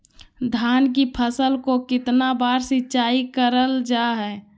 धान की फ़सल को कितना बार सिंचाई करल जा हाय?